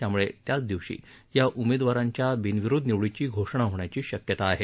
त्यामुळे त्याचदिवशी या उमेदवारांच्या बिनविरोध निवडीची घोषणा होण्याची शक्यता आहे